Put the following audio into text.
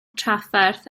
trafferth